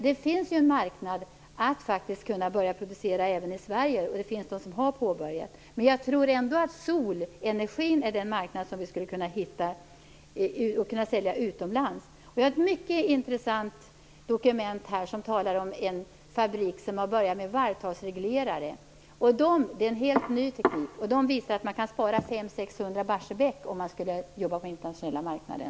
Det finns ju en marknad för att börja producera även i Sverige, och några har börjat med detta. Jag tror ändå att solenergi är det som vi skulle kunna sälja utomlands. Jag har här ett mycket intressant dokument som talar om en fabrik som har börjat med varvtalsreglerare. Det är en helt ny teknik. De vet att man skulle kunna spara 500-600 Barsebäck om man jobbade på den internationella marknaden.